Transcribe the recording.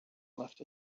left